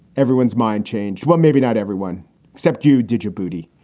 everyone's mind changed. but maybe not everyone except you did your buddy.